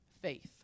faith